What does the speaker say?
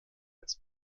als